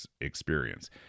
experience